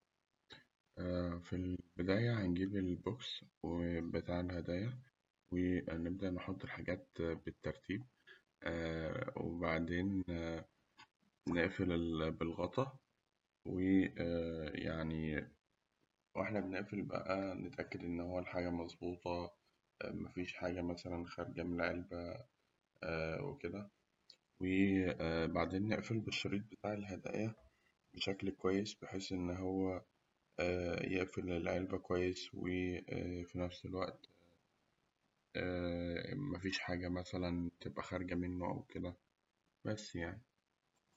في البداية هنجيب البوكس بتاع الهدايا، وهنبدأ نحط الحاجات بالترتيب، وبعدين نقفل بالغطا، ويعني وإحنا بنقفل بقى نتأكد إن هو الحاجة مظبوطة، مفيش حاجة مثلاً خارجة من العلبة وكده، وبعدين نقفل بالشريط بتاع الهدايا بشكل كويس بحيث إن هو يقفل العلبة وفي نفس الوقت مفيش حاجة مثلاً تبقى خارجة منه أو كده، بس يعني.